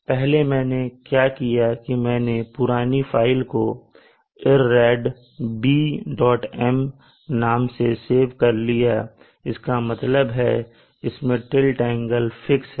पहले मैंने क्या किया है कि मैंने पुरानी फाइल को irradbm नाम से सेव कर लिया है इसका मतलब है कि इसमें टिल्ट एंगल फिक्स है